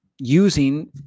using